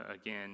again